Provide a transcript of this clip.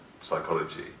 psychology